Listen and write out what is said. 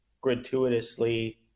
gratuitously